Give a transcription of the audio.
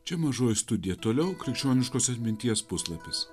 čia mažoji studija toliau krikščioniškos atminties puslapis